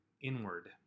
inward